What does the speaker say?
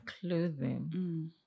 clothing